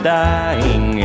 dying